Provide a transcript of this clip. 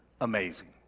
amazing